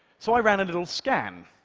so i ran a little scan.